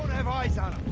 have eyes on